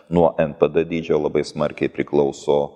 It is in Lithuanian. nuo npd dydžio labai smarkiai priklauso